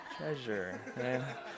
Treasure